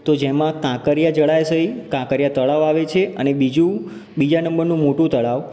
તો જેમાં કાંકરિયા જળાશય કાંકરિયા તળાવ આવે છે અને બીજું બીજા નંબરનું મોટું તળાવ